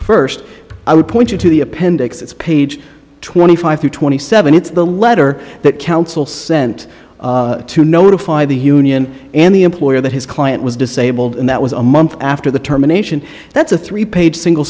first i would point you to the appendix it's page twenty five through twenty seven it's the letter that counsel sent to notify the union and the employer that his client was disabled and that was a month after the terminations that's a three page single